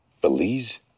Belize